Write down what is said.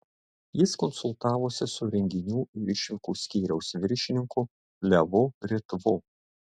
jis konsultavosi su renginių ir išvykų skyriaus viršininku levu ritvu